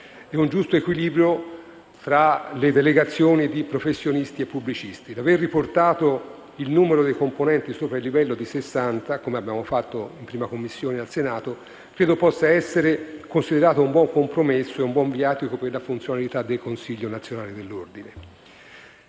e un giusto equilibrio tra le delegazioni di professionisti e pubblicisti. L'aver riportato il numero dei componenti sopra il livello di 60, come abbiamo fatto in 1a Commissione al Senato, credo possa essere considerato un buon compromesso e un buon viatico per la funzionalità del Consiglio nazionale dell'Ordine